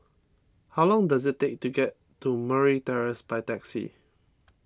how long does it take to get to Murray Terrace by taxi